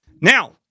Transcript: Now